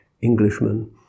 Englishman